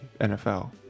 NFL